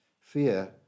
Fear